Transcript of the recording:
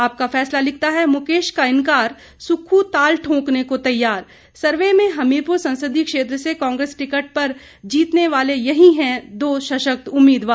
आपका फैसला लिखता है मुकेश को इंकार सुक्खू ताल ठोंकने का तैयार सर्वे में हमीरपुर संसदीय क्षेत्र से कांग्रेस टिकट पर जीतने वाले यही हैं दो संशक्त उम्मीदवार